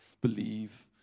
believe